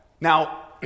Now